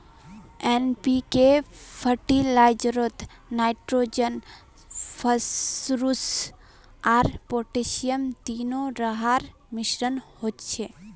NPK फ़र्टिलाइज़रोत nitrogen, phosphorus आर potassium तीनो रहार मिश्रण होचे